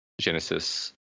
Genesis